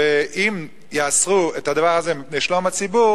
ואם יאסרו את הדבר הזה מפני שלום הציבור,